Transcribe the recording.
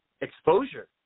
exposure